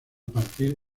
partir